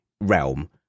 realm